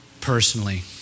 personally